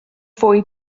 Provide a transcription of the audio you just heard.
fwy